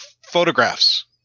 photographs